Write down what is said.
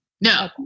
No